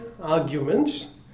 arguments